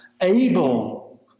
able